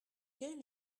quelle